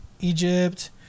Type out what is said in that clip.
Egypt